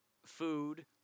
food